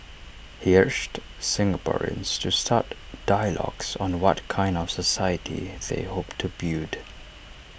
he urged Singaporeans to start dialogues on the what kind of society they hope to build